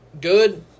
Good